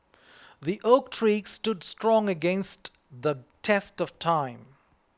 the oak tree stood strong against the test of time